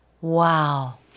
wow